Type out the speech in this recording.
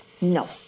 no